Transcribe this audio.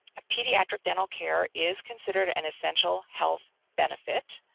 pediatric dental care is considered an essential health benefit,